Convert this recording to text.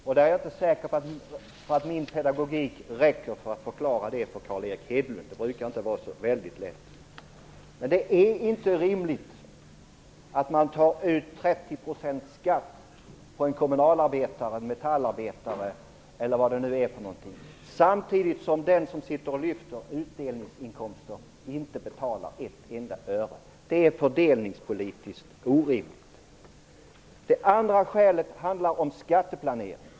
Jag är inte säker på att min pedagogik räcker för att förklara det för Carl Erik Hedlund; det brukar inte vara så väldigt lätt. Men det är inte rimligt att man tar ut 30 % i skatt av en kommunalarbetare, en metallarbetare eller vad det nu är, samtidigt som den som sitter och lyfter utdelningsinkomster inte betalar ett enda öre. Det är fördelningspolitiskt orimligt. Det andra skälet handlar om skatteplanering.